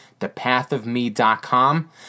thepathofme.com